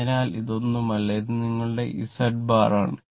അതിനാൽ ഇതൊന്നുമല്ല ഇത് നിങ്ങളുടെ Z ബാർ ആണ്